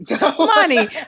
Money